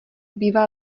bývá